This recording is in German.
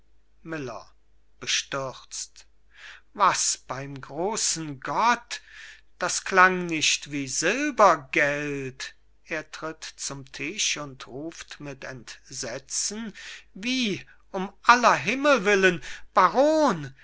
miller bestürzt was beim großen gott der klang nicht wie silbergeld er tritt zum tisch und ruft mit entsetzen wie um aller himmel willen baron